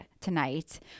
tonight